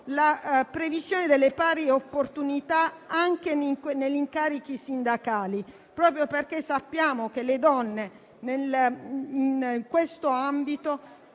la previsione delle pari opportunità anche negli incarichi sindacali (proprio perché sappiamo che le donne in quest'ambito